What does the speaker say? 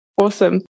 Awesome